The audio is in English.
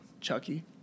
Chucky